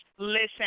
Listen